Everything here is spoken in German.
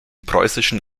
preußischen